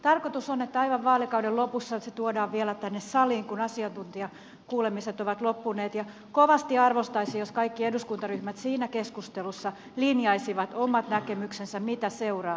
tarkoitus on että aivan vaalikauden lopussa se tuodaan vielä tänne saliin kun asiantuntijakuulemiset ovat loppuneet ja kovasti arvostaisin jos kaikki eduskuntaryhmät siinä keskustelussa linjaisivat omat näkemyksensä mitä seuraavaksi